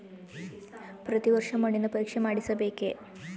ಪ್ರತಿ ವರ್ಷ ಮಣ್ಣಿನ ಪರೀಕ್ಷೆ ಮಾಡಿಸಬೇಕೇ?